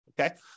okay